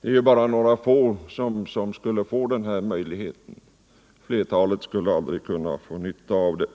Det är ju bara några få som skulle kunna utnyttja denna möjlighet — flertalet skulle aldrig kunna få nytta av den.